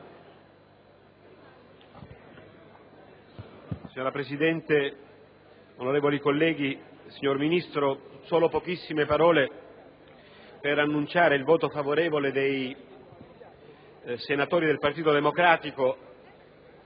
Signora Presidente, onorevoli colleghi, signor Ministro, proferirò solo poche parole per annunciare il voto favorevole dei senatori del Partito Democratico